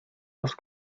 los